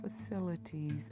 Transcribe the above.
facilities